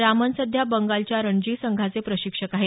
रामन सध्या बंगालच्या रणजी संघाचे प्रशिक्षक आहेत